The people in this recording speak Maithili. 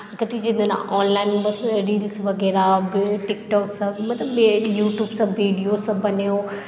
जेना ऑनलाइन रील्स वगैरह मतलब टिकटॉकसभ मतलब यूट्यूबसभ वीडियोसभ बनाउ